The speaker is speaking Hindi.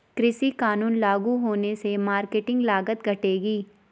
कृषि कानून लागू होने से मार्केटिंग लागत घटेगी